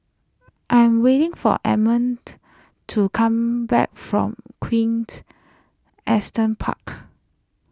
I am waiting for Edmund to come back from quint Asten Park